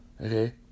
Okay